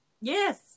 Yes